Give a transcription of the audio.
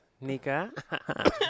Nika